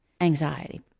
anxiety